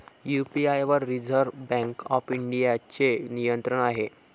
UPI वर Reserve Bank of इंडियाचे नियंत्रण आहे